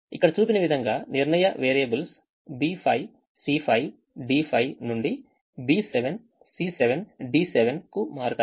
ఇక్కడ చూపిన విధంగా నిర్ణయ వేరియబుల్స్ B5 C5 D5 నుండి B7 C7 D7 కు మారుతాయి